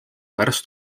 pärast